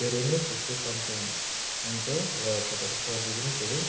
धेरै नै त्यसले सन्चो हुन हुन्छ र तपाईँको सर्दी पनि धेरै